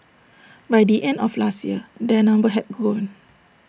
by the end of last year their number had grown